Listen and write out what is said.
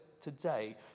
today